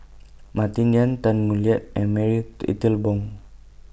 Martin Yan Tan Boo Liat and Marie Italy Bong